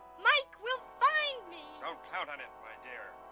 mike will find don't count on it my dear